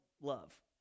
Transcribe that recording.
love